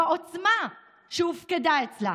בעוצמה שהופקדה אצלה,